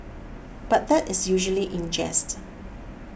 but that is usually in jest